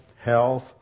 health